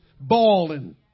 bawling